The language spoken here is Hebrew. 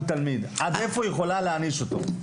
תלמיד - עד איפה היא יכולה להעניש אותו?